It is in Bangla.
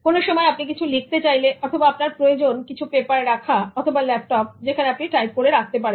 কোন সময়ে আপনি কিছু লিখতে চাইলে সুতরাং আপনার প্রয়োজন কিছু পেপার রাখা অথবা ল্যাপটপ যেখানে আপনি টাইপ করতে পারেন